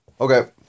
Okay